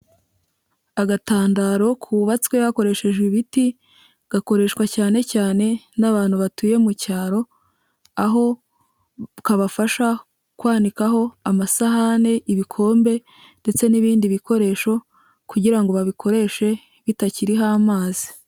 Agatandaro kubabatswe hakoreshejwe ibiti, gakoreshwa cyane cyane n'abantu batuye mu cyaro, aho kabafasha kwanikaho amasahani, ibikombe ndetse n'ibindi bikoresho, kugira ngo babikoreshe bitakiriho amazi.